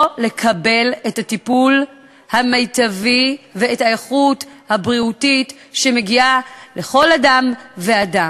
לקבל את הטיפול המיטבי ואת האיכות הבריאותית שמגיעה לכל אדם ואדם.